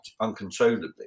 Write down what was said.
uncontrollably